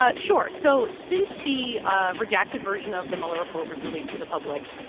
ah sure. so since the ah redacted version of the mueller report was released to the public,